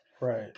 Right